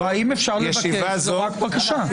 האם אפשר לבקש ממנו רק בקשה,